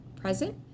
present